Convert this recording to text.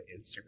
Instagram